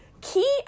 Key